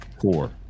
four